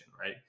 right